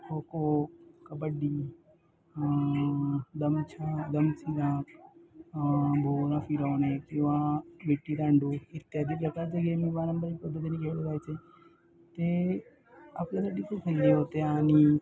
खो खो कबड्डी दमछ दमची भोवरा फिरवणे किंवा विट्टी दांडू इत्यादी प्रकारचे गेम वारंपरिक पद्धतीने खेळ जायचे ते आपल्यासाठी खूप हेल्दी होते आणि